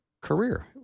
career